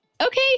Okay